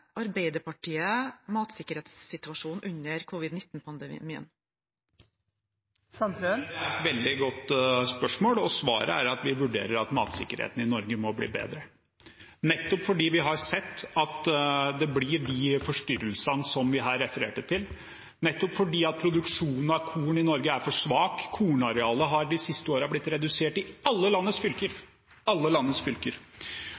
Arbeiderpartiet matsikkerhetssituasjonen under covid-19-pandemien? Det er et veldig godt spørsmål, og svaret er at vi vurderer at matsikkerheten i Norge må bli bedre, nettopp fordi vi har sett at det blir forstyrrelser, som dem vi her refererte til, fordi produksjonen av korn i Norge er for svak. Kornarealet har de siste årene blitt redusert i alle landets fylker – alle landets fylker.